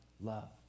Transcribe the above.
love